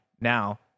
now